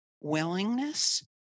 willingness